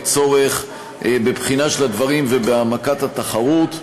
צורך בבחינה של הדברים ובהעמקת התחרות.